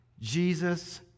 Jesus